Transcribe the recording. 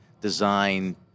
design